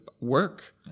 work